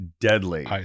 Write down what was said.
deadly